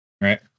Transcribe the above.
Right